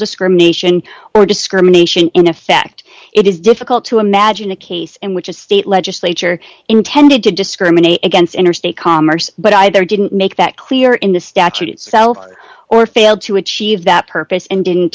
discrimination or discrimination in effect it is difficult to imagine a case in which a state legislature intended to discriminate against interstate commerce but either didn't make that clear in the statute itself or failed to achieve that purpose and didn't